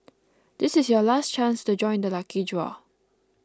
this is your last chance to join the lucky draw